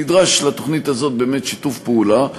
נדרש לתוכנית הזאת שיתוף פעולה.